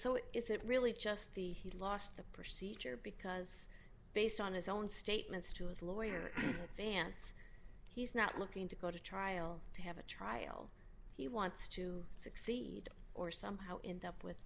so is it really just the he lost the procedure because based on his own statements to his lawyer vance he's not looking to go to trial to have a trial he wants to succeed or somehow in depth with